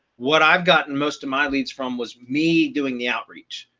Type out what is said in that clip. what i've gotten most of my leads from was me doing the outreach.